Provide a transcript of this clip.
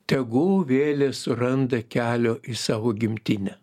tegul vėlės suranda kelią į savo gimtinę